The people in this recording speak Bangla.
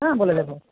হ্যাঁ বলে দেবো